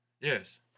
yes